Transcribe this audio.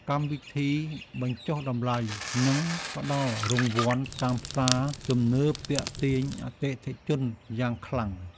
កម្មវិធីបញ្ចុះតម្លៃ និងការផ្ដល់រង្វាន់តាមផ្សារទំនើបទាក់ទាញអតិថិជនយ៉ាងខ្លាំង។